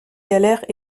galères